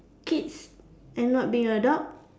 kids and not be an adult